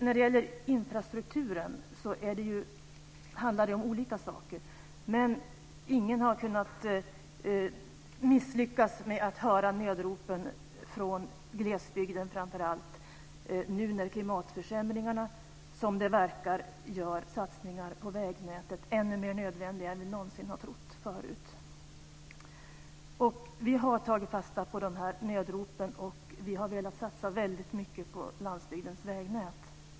När det gäller infrastrukturen handlar det om olika saker, men ingen har kunnat misslyckas med att höra nödropen från glesbygden framför allt, nu när klimatförsämringarna, som det verkar, gör satsningar på vägnätet ännu mer nödvändiga än vi någonsin har trott förut. Vi har tagit fasta på dessa nödrop och har velat satsa väldigt mycket på landsbygdens vägnät.